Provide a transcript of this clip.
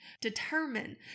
Determine